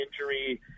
injury